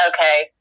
okay